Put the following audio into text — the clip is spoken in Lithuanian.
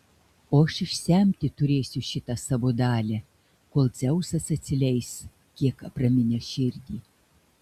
o aš išsemti turėsiu šitą savo dalią kol dzeusas atsileis kiek apraminęs širdį